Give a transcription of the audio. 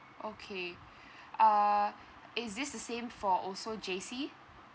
okay uh is this the same for also J_C